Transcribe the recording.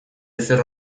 ezer